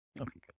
Okay